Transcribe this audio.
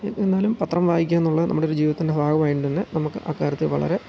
എന്നാലും പത്രം വായിക്കുക എന്നുള്ള നമ്മുടെ ഒരു ജീവിതത്തിൻ്റെ ഭാഗമായത് കൊണ്ട് തന്നെ നമ്മൾക്ക് അക്കാര്യത്തെ വളരെ